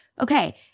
okay